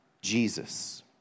Jesus